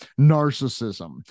narcissism